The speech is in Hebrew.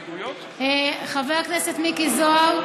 חבר הכנסת מיקי זוהר,